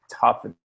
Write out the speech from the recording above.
tough